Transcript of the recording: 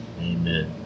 Amen